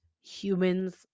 humans